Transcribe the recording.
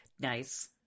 Nice